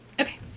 Okay